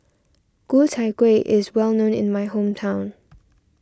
Ku Chai Kueh is well known in my hometown